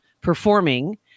performing